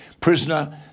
Prisoner